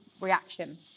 reaction